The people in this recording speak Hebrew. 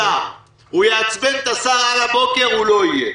הוא יעצבן את השר על הבוקר, הוא לא יהיה.